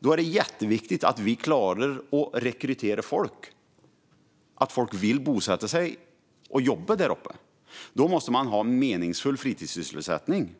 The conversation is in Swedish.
Det är jätteviktigt att vi klarar att rekrytera folk och att folk vill bosätta sig och jobba där uppe. Då måste det finnas meningsfull fritidssysselsättning,